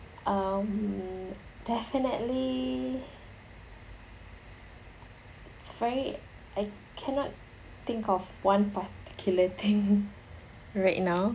um definitely it's very I cannot think of one particular thing right now